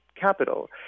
capital